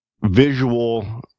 visual